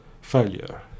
failure